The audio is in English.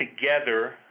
together